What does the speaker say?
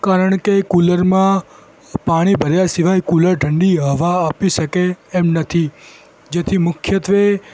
કારણ કે કુલરમાં પાણી ભર્યા સિવાય કુલર ઠંડી હવા આપી શકે એમ નથી જેથી મુખ્યત્ત્વે